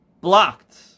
blocked